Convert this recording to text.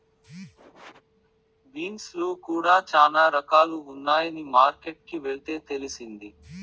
beans లో కూడా చానా రకాలు ఉన్నాయని మార్కెట్ కి వెళ్తే తెలిసింది